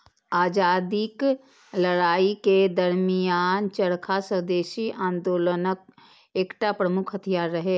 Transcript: आजादीक लड़ाइ के दरमियान चरखा स्वदेशी आंदोलनक एकटा प्रमुख हथियार रहै